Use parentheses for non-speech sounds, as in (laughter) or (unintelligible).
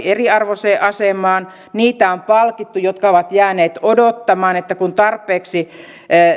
(unintelligible) eriarvoiseen asemaan niitä on palkittu jotka ovat jääneet odottamaan että kun tarpeeksi